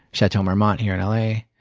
chateau marmont here in l a,